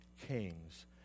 kings